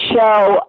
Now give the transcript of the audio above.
show